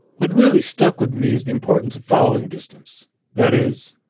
what really stuck with me is the importance of following d istance that is,